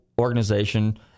organization